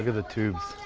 the tubes.